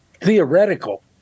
theoretical